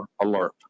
Alert